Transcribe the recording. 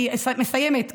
אני מסיימת,